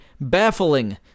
baffling